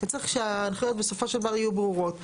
וצריך שההנחיות בסופו של דבר יהיו ברורים.